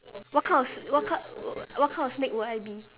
what kind of what kind what what kind of snake would I be